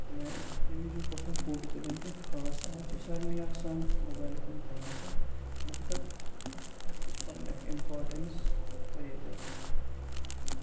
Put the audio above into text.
تٔمہِ آیہِ اوس تَمہِ وِزِ اوس باسان فوٹو تُلُن کینٛہہ خاص آز چھِ سارنٕے آسان موبایِل فون پانَس اَتہِ البتہ تَتھ تَتھ تہِ چھِ پَنٕنۍ اکھ اِمپاٹنٕس واریاہ زیادٕ اِمپاٹَنٹ